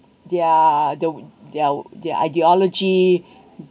their the their their ideology